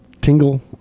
tingle